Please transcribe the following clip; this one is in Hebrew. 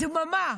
דממה.